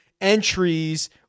entries